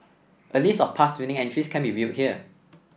a list of past winning entries can be viewed here